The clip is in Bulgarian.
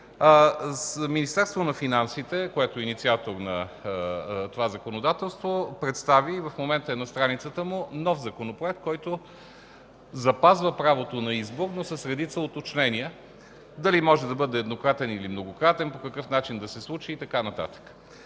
Министерството на финансите, което е инициатор на това законодателство, представи и в момента е на страницата му нов законопроект, който запазва правото на избор, но с редица уточнения – дали може да бъде еднократен или многократен, по какъв начин да се случи и така нататък.